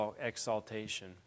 exaltation